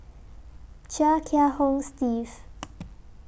Chia Kiah Hong Steve